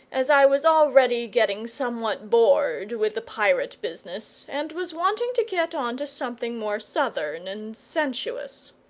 as i was already getting somewhat bored with the pirate business, and was wanting to get on to something more southern and sensuous.